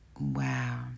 Wow